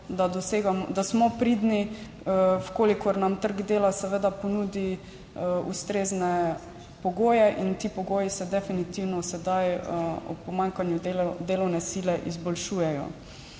da smo pridni, če nam trg dela seveda ponudi ustrezne pogoje. Ti pogoji se definitivno sedaj, ob pomanjkanju delovne sile, izboljšujejo.